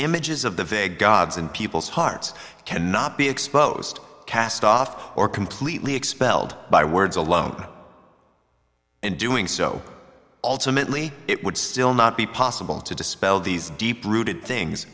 images of the vague gods in people's hearts cannot be exposed castoff or completely expelled by words alone and doing so ultimately it would still not be possible to dispel these deep rooted things